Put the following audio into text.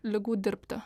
ligų dirbti